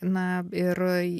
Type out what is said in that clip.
na ir